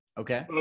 Okay